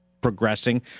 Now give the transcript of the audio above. progressing